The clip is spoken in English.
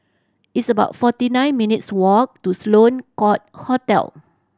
it's about forty nine minutes' walk to Sloane Court Hotel